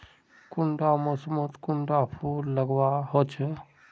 कुंडा मोसमोत कुंडा फुल लगवार होछै?